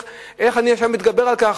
איך אני מתגבר על כך,